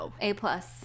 A-plus